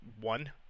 one